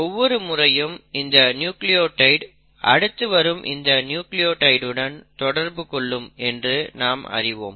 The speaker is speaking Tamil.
ஒவ்வொரு முறையும் இந்த நியூக்ளியோடைடு அடுத்து வரும் இந்த நியூக்ளியோடைடுடன் தொடர்பு கொள்ளும் என்று நாம் அறிவோம்